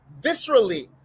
viscerally